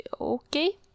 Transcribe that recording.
Okay